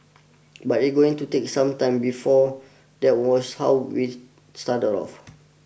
but it's going to take some time before that was how we started off